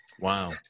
Wow